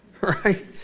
right